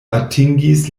atingis